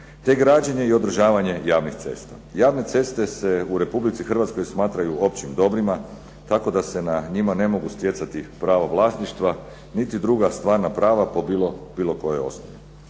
te građenje i održavanje javnih cesta. Javne ceste se u RH smatraju općim dobrima tako da se na njima ne mogu stjecati pravo vlasništva niti druga stvarna prava po bilo kojoj osnovi.